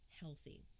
healthy